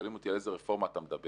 שואלים אותי על איזו רפורמה אתה מדבר,